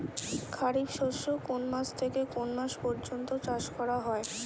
খারিফ শস্য কোন মাস থেকে কোন মাস পর্যন্ত চাষ করা হয়?